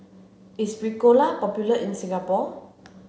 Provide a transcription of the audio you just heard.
is Ricola popular in Singapore